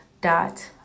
dot